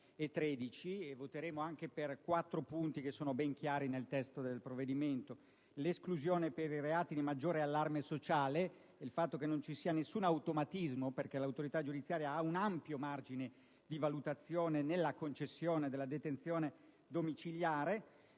2013, e voteremo anche per i quattro punti che sono ben chiari nel testo del provvedimento: l'esclusione per i reati di maggiore allarme sociale; il fatto che non vi sia nessun automatismo, perché l'autorità giudiziaria ha un ampio margine di valutazione nella concessione della detenzione domiciliare;